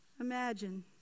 Imagine